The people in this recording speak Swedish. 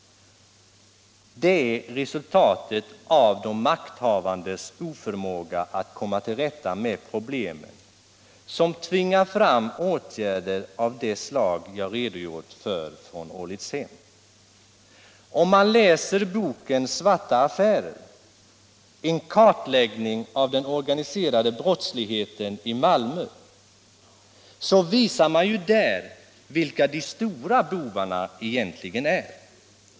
Det är de makthavandes oförmåga att komma till rätta med problemen som tvingade fram de nu nämnda åtgärderna i Ålidshem. I boken Svarta affärer, en kartläggning av den organiserade brottsligheten i Malmö, visas vilka de stora bovarna egentligen är.